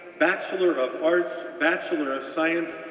bachelor of arts, bachelor of science,